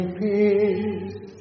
peace